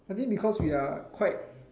I mean because we are quite